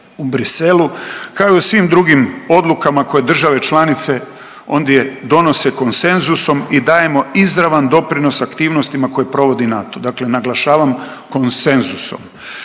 u Bruxellesu kao i u svim drugi odlukama koje države članice ondje donose konsenzusom i dajemo izravan doprinos aktivnostima koje provodi NATO. Dakle, naglašavam konsenzusom.